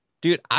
dude